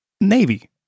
Navy